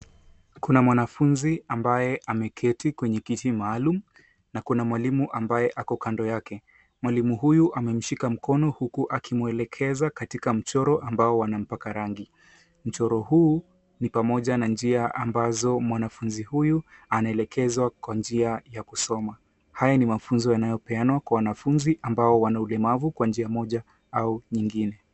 Kuna mwanafunzi ambaye ameketi kwenye kiti maalum na kuna mwalimu ambaye ako kando yake. Mwalimu huyu amemshika mkono huku akimwelekeza katika mchoro ambao wanampaka rangi. Mchoro huu ni pamoja na njia ambazo mwanafunzi huyu anaelekezwa kwa njia ya kusoma. Haya ni mafunzo yanayopeanwa kwa wanafunzi ambao wana ulemavu kwa njia moja au nyingine.